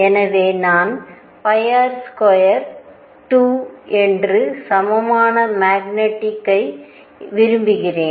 எனவே நான் R2toe க்கு சமமான மேக்னிடியுடு ஐ விரும்புகிறேன்